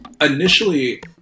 initially